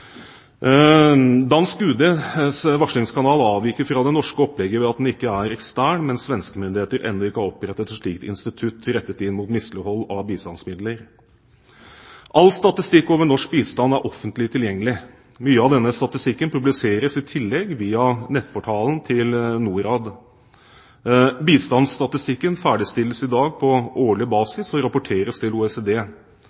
Dansk UDs varslingskanal avviker fra det norske opplegget ved at den ikke er ekstern, mens svenske myndigheter ennå ikke har opprettet et slikt institutt rettet inn mot mislighold av bistandsmidler. All statistikk over norsk bistand er offentlig tilgjengelig. Mye av denne statistikken publiseres i tillegg via nettportalen til Norad. Bistandsstatistikken ferdigstilles i dag på årlig